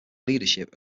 leadership